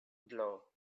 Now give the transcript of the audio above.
blow